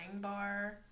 bar